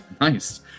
Nice